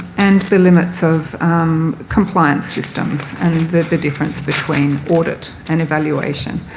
and the limits of compliance systems, and and the difference between audit and evaluation,